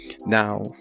Now